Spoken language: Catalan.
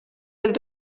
del